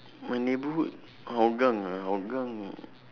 my neighbourhood hougang ah hougang